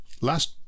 last